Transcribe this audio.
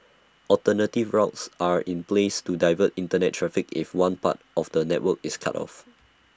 alternative routes are in place to divert Internet traffic if one part of the network is cut off